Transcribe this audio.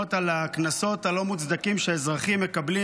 תלונות על הקנסות הלא-מוצדקים שהאזרחים מקבלים